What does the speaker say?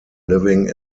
living